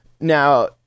Now